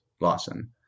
Lawson